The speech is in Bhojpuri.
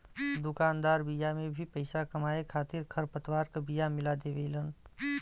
दुकानदार बिया में भी पईसा कमाए खातिर खरपतवार क बिया मिला देवेलन